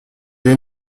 est